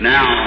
Now